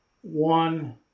One